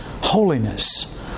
holiness